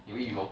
you eat before